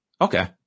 Okay